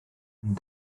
ond